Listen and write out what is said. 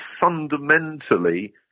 fundamentally